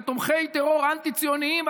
לתומכי טרור אנטי-ציונים,